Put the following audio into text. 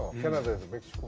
canada.